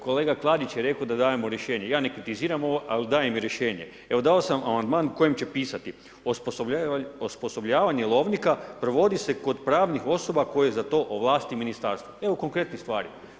Kolega Klarić je rekao da dajemo rješenje ja ne kritiziram ovo ali dajem rješenje, evo dao sam amandman u kojem će pisati, osposobljavanje lovnika provodi se kod pravnih osoba koje za to ovlasti ministarstvo, evo konkretnih stvari.